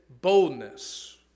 boldness